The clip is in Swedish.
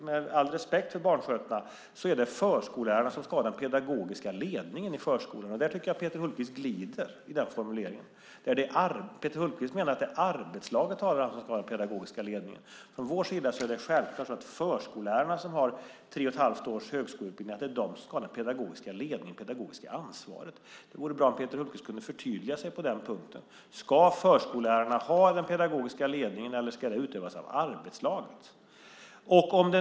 Med all respekt för barnskötarna är det förskollärarna som ska ha den pedagogiska ledningen i förskolan. Där tycker jag att Peter Hultqvist glider i formuleringen. Peter Hultqvist menar att det är arbetslaget som har ansvaret för den pedagogiska ledningen. Från vår sida är det självklart att förskollärarna, som har tre och ett halvt års högskoleutbildning, är de som ska ha den pedagogiska ledningen och det pedagogiska ansvaret. Det vore bra om Peter Hultqvist kunde förtydliga sig på den här punkten: Ska förskollärarna ha den pedagogiska ledningen eller ska den utövas av arbetslaget?